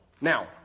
Now